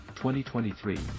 2023